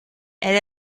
elle